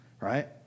Right